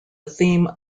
theme